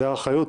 זו האחריות?